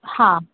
हा